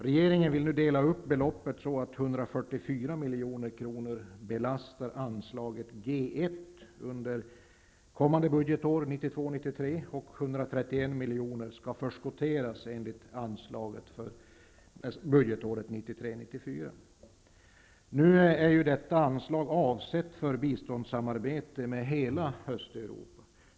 Regeringen vill nu dela upp beloppet så att 144 milj.kr. belastar anslaget G 1 under budgetåret 1992/93, medan 131 Nu är ju detta anslag avsett för biståndssamarbete med hela Östeuropa.